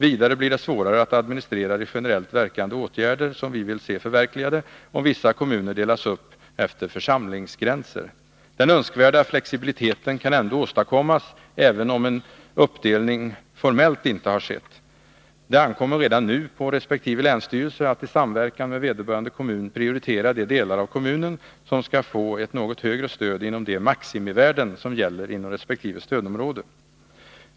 Vidare blir det svårare att administrera de generellt verkande åtgärder som vi vill se förverkligade, om vissa kommuner delas upp efter församlingsgränser. Den önskvärda flexibiliteten kan åstadkommas, även om en uppdelning formellt inte har skett. Det ankommer redan nu på resp. länsstyrelse att i samverkan med vederbörande kommun prioritera de delar av kommunen som skall få ett något högre stöd inom de maximivärden som gäller inom resp. stödområde.